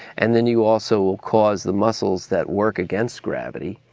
and then you also cause the muscles that work against gravity,